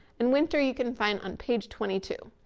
and winter, you can find on page twenty two.